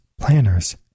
planners